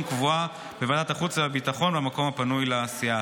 קבועה בוועדת החוץ והביטחון במקום הפנוי לסיעה.